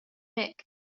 mick